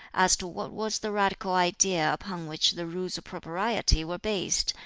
as to what was the radical idea upon which the rules of propriety were based,